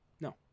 No